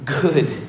good